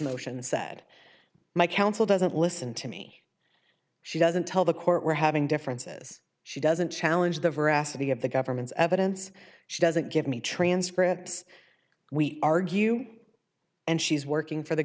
motion said my counsel doesn't listen to me she doesn't tell the court we're having differences she doesn't challenge the veracity of the government's evidence she doesn't give me transcripts we argue and she's working for the